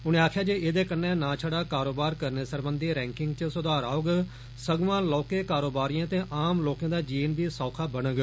उन्ने आखेआ जे एहदे कन्नै नां छड़ा कारोबार करने सरबंधी रैंकिंग च सुधार औग सग्आं लौहके कारोबारिएं ते आम लोकें दा जीन बी सौखा बनोग